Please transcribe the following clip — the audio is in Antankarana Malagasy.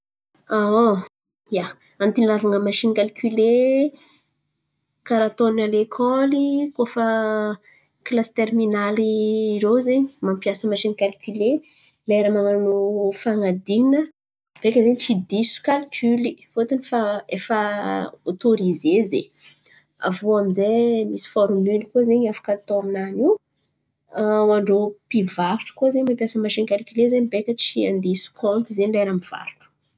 Ia, antony ilàvan̈a masìny kalkile karà ataony a lekôly. Koa fa kilasy teriminaly irô zen̈y mampiasa masìny kalkile; lera man̈ano fan̈adin̈ana beka zen̈y tsy diso kalkily fôtony fa efa ôtôrize zen̈y. Aviô amy zay misy fôrimily koa zen̈y afaka atao aminany io. Hoan-drô mpivarotro koa zen̈y mampiasa masìny kalkile beka tsy handiso kônty zen̈y lera mivarotro.